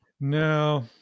No